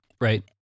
right